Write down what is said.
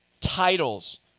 titles